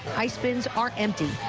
ice bins are empty.